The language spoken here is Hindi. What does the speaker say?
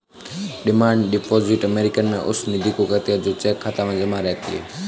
डिमांड डिपॉजिट अमेरिकन में उस निधि को कहते हैं जो चेक खाता में जमा रहती है